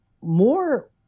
more